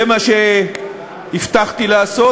זה מה שהבטחתי לעשות,